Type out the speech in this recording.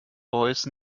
voice